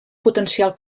potencial